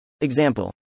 Example